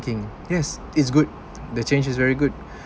yes it's good the change is very good